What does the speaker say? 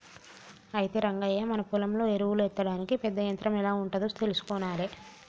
అయితే రంగయ్య మన పొలంలో ఎరువులు ఎత్తడానికి పెద్ద యంత్రం ఎం ఉంటాదో తెలుసుకొనాలే